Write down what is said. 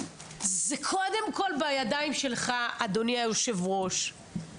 זה קודם כל בידיים שלך, אדוני יושב הראש.